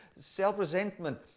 self-resentment